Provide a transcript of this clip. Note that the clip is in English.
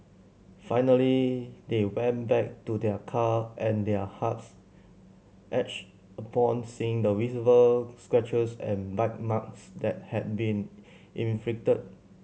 finally they went back to their car and their hearts ached upon seeing the visible scratches and bite marks that had been inflicted